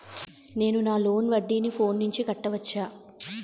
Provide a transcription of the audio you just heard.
నేను నా లోన్ వడ్డీని ఫోన్ నుంచి కట్టవచ్చా?